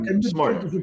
smart